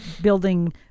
building